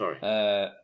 Sorry